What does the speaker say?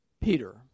Peter